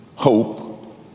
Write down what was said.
hope